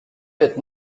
wird